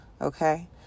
Okay